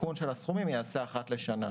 העדכון של הסכומים ייעשה אחת לשנה.